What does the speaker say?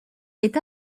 est